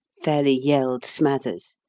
fairly yelled smathers.